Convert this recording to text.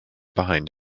behind